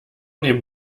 dem